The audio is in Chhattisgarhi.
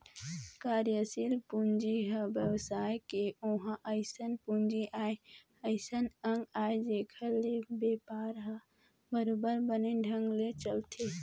कार्यसील पूंजी ह बेवसाय के ओहा अइसन पूंजी आय अइसन अंग आय जेखर ले बेपार ह बरोबर बने ढंग ले चलथे